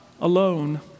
alone